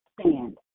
stand